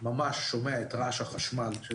שומע את רעש החשמל.